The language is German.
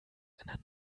einer